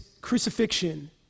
crucifixion